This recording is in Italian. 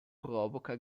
provoca